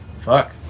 Fuck